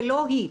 ולא היא.